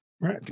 right